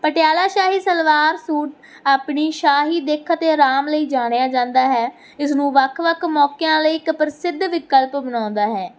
ਪਟਿਆਲਾ ਸ਼ਾਹੀ ਸਲਵਾਰ ਸੂਟ ਆਪਣੀ ਸ਼ਾਹੀ ਦਿੱਖ ਅਤੇ ਆਰਾਮ ਲਈ ਜਾਣਿਆ ਜਾਂਦਾ ਹੈ ਇਸ ਨੂੰ ਵੱਖ ਵੱਖ ਮੌਕਿਆਂ ਲਈ ਇੱਕ ਪ੍ਰਸਿੱਧ ਵਿਕਲਪ ਬਣਾਉਂਦਾ ਹੈ